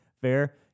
fair